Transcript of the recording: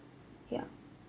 ya